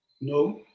No